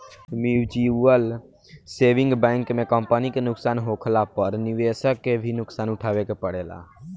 mutual saving bank में company के नुकसान होखला पर निवेशक के भी नुकसान उठावे के पड़ेला